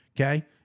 okay